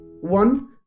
One